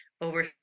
over